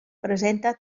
presenta